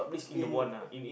in